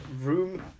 room